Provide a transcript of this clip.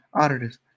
auditors